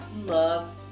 love